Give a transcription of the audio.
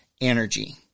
energy